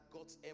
God's